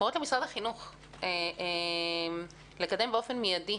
קוראת למשרד החינוך לקדם באופן מיידי